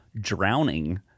drowning